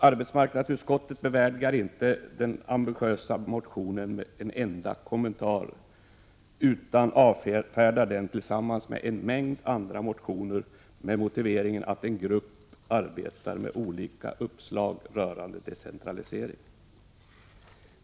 Arbetsmarknadsutskottet bevärdigar inte den ambitiösa motionen en enda kommentar utan avfärdar den tillsammans med en mängd andra motioner med motiveringen att en grupp arbetar med olika uppslag rörande decentralisering.